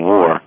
War